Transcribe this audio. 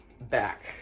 back